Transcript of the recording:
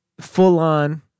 full-on